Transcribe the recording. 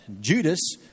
Judas